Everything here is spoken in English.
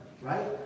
right